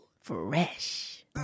Fresh